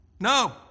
No